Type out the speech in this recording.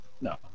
no